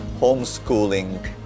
homeschooling